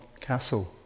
Castle